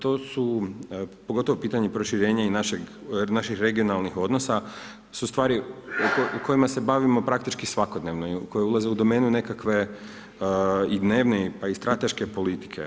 To su, pogotovo pitanje proširenje i naših regionalnih odnosa, su stvari u kojima se bavimo praktički svakodnevno i koje ulaze u domenu nekakve i dnevne pa i strateške politike.